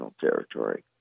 territory